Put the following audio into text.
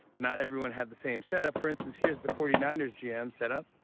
but not everyone had the same setup. for instance, here's the forty nine ers' gm's setup.